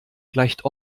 gleicht